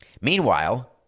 meanwhile